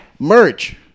merch